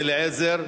ועדת החינוך,